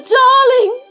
darling